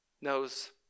knows